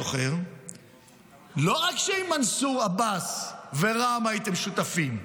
אני זוכר שלא רק עם מנסור עבאס ורע"מ הייתם שותפים,